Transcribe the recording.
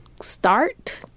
start